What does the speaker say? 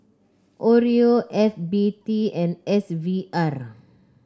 oreo F B T and S V R